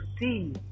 see